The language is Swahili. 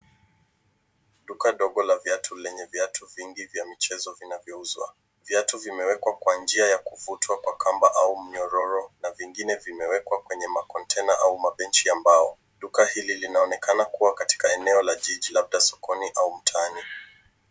Duka dogo la viatu lenye viatu vingi vya michezo vinavyouzwa. Viatu vimewekwa kwa njia ya kuvutwa kwa kamba au mnyororo na vingine vimewekwa kwenye containers au mabenchi ya mbao. Duka hili linaonekana kuwa katika eneneo la jiji labda sokoni au mtaani.